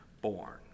born